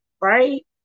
Right